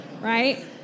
Right